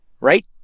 right